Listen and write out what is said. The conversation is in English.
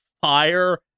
fire